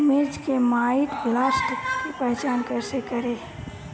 मिर्च मे माईटब्लाइट के पहचान कैसे करे?